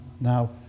Now